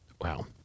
wow